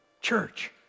Church